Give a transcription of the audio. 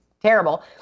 terrible